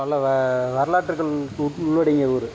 பல வ வரலாற்றுகள் கு உள்ளடங்கிய ஊர்